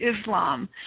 Islam